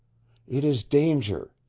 it is danger.